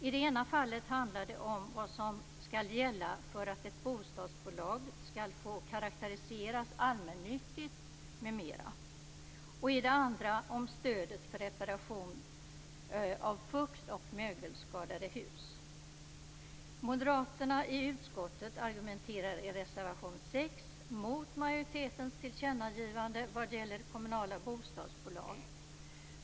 I det ena fallet handlar det om vad som skall gälla för att ett bostadsbolag skall få karakteriseras som allmännyttigt m.m. I det andra fallet handlar det om stödet för reparation av fukt och mögelskadade hus. Moderaterna i utskottet argumenterar i reservation 6 mot majoritetens tillkännagivande vad gäller kommunala bostadsbolag.